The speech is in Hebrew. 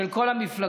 של כל המפלגות,